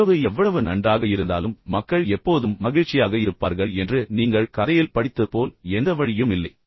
உறவு எவ்வளவு நன்றாக இருந்தாலும் மக்கள் எப்போதும் மகிழ்ச்சியாக இருப்பார்கள் என்று நீங்கள் கதையில் படித்தது போல் எந்த வழியும் இல்லை